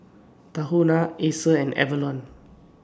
Tahuna Acer and Avalon